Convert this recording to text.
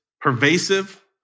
pervasive